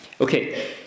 Okay